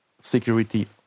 security